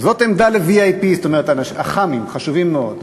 זאת עמדה ל-VIP, זאת אומרת אח"מים, חשובים מאוד.